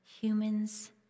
humans